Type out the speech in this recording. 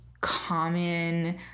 common